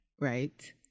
right